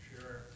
Sure